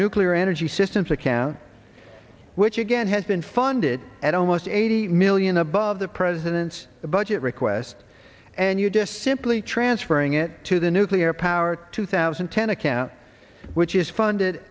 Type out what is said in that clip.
nuclear energy systems that can which again has been funded at almost eighty million above the president's budget request and you just simply transferring it to the nuclear power two thousand and ten account which is funded